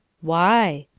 why?